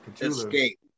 Escape